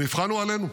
המבחן הוא עלינו,